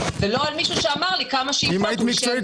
לא על מישהו שאמר לי כמה שאיפות הוא שואף.